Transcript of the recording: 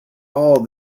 all